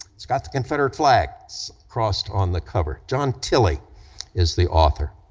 it's got the confederate flag, it's crossed on the cover, john tilley is the author.